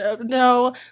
No